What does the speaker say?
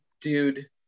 dude